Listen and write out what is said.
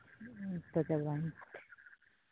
ᱦᱮᱸ ᱛᱚ